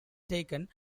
taken